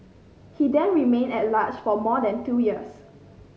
he then remained at large for more than two years